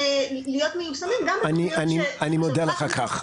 להיות מיושמים גם בתכניות --- אני מודה לך על כך.